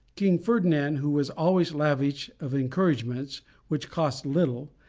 king ferdinand, who was always lavish of encouragements which cost little,